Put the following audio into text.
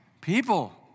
people